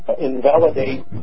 invalidate